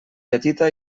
petita